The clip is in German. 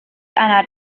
einer